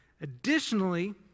Additionally